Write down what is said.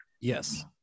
Yes